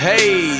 Hey